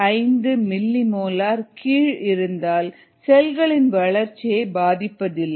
5 millimolar கீழ் இருந்தால் செல்களின் வளர்ச்சியை பாதிப்பதில்லை